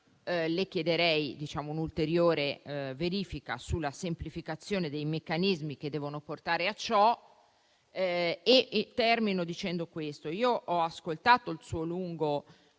le chiederei un'ulteriore verifica sulla semplificazione dei meccanismi che devono portare a ciò. In conclusione, ho ascoltato il suo lungo